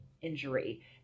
injury